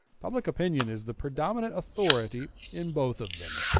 public opinion is the predominant authority in both of them.